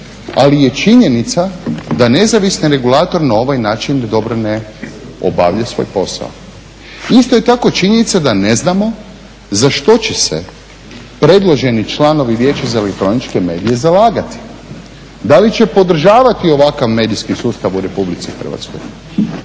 Ali je činjenica da nezavisni regulator na ovaj način dobro ne obavlja svoj posao. Isto je tako činjenica da ne znamo za što će se predloženi članovi Vijeća za elektroničke medije zalagati, da li će podržavati ovakav medijski sustav u Republici Hrvatskoj.